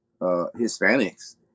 Hispanics